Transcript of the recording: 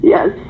Yes